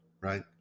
Right